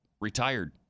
retired